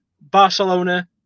Barcelona